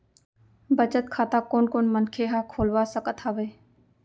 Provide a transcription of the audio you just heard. बचत खाता कोन कोन मनखे ह खोलवा सकत हवे?